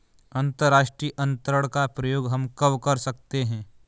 अंतर्राष्ट्रीय अंतरण का प्रयोग हम कब कर सकते हैं?